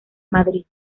madrid